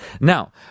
Now